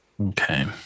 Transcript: okay